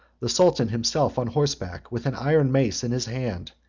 the sultan himself on horseback, with an iron mace in his hand,